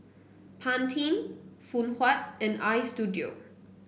Pantene Phoon Huat and Istudio